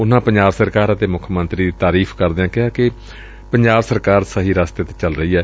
ਉਨਾਂ ਪੰਜਾਬ ਸਰਕਾਰ ਅਤੇ ਮੁੱਖ ਮੰਤਰੀ ਦੀ ਤਾਰੀਫ਼ ਕਰਦਿਆਂ ਕਿਹਾ ਕਿ ਪੰਜਾਬ ਸਰਕਾਰ ਸਹੀ ਰਸਤੇ ਤੇ ਚੱਲ ਹੀ ਏ